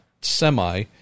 semi